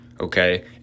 Okay